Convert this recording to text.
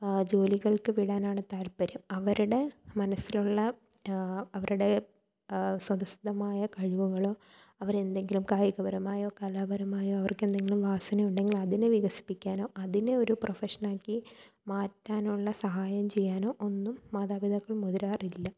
ജോലികൾക്ക് വിടാനാണ് താൽപ്പര്യം അവരുടെ മനസ്സിലുള്ള അവരുടെ സ്വതസിദ്ധമായ കഴിവുകളൊ അവരെന്തെങ്കിലും കായികപരമായോ കലാപരമായോ അവർക്കെന്തെങ്കിലും വാസനയുണ്ടെങ്കിലതിനെ വികസിപ്പിക്കാനോ അതിനെ ഒരു പ്രഫഷനാക്കി മാറ്റാനുള്ള സഹായം ചെയ്യാനോ ഒന്നും മാതാപിതാക്കൾ മുതിരാറില്ല